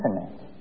infinite